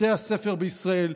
בתי הספר בישראל,